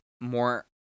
more